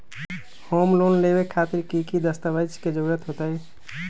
Home loan लेबे खातिर की की दस्तावेज के जरूरत होतई?